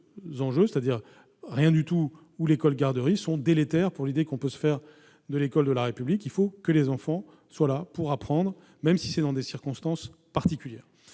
approches- rien du tout ou l'école garderie -sont délétères pour l'idée qu'on peut se faire de l'école de la République. Il faut que les enfants soient là pour apprendre, même si c'est dans des circonstances particulières.